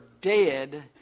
dead